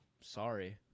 Sorry